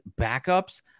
backups